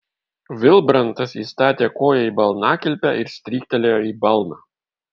vilbrantas įstatė koją į balnakilpę ir stryktelėjo į balną